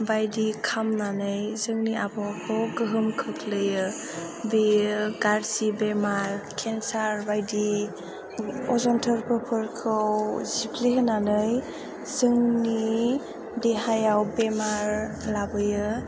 बायदि खामनानै जोंनि आबहावाखौ गोहोम खोख्लैयो बेयो गाज्रि बेमार केनसार बायदि अजन थोरफोफोरखौ जिफ्लेहोनानै जोंनि देहायाव बेमार लाबोयो